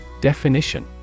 Definition